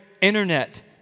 internet